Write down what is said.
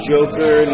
Joker